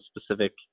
specific